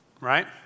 right